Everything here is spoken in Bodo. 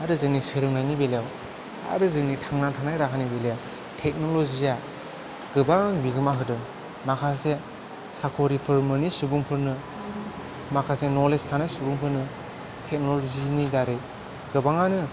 आरो जोंनि सोलोंनायनि बेलायाव आरो जोंनि थांना थानाय राहानि बेलायाव टेक्नलजिआ गोबां बिहोमा होदों माखासे साख'रिफोर मोनै सुबुंफोरनो माखासे नलेज थानाय सुबुंफोरनो टेक्नलजिनि दारै गोबाङानो